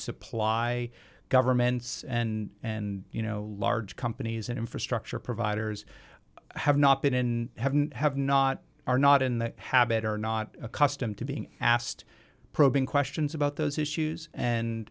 supply governments and you know large companies and infrastructure providers have not been in have and have not are not in the habit or not accustomed to being asked probing questions about those issues and